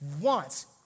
wants